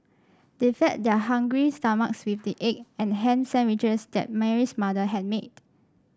they fed their hungry stomachs with the egg and ham sandwiches that Mary's mother had made